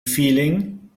feeling